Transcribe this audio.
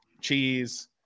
cheese